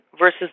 versus